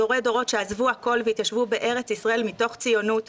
דורי דורות שעזבו הכול והתיישבו בארץ ישראל מתוך ציונות,